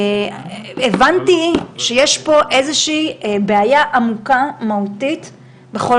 הבנתי שיש פה איזו שהיא בעיה עמוקה, מהותית, בכל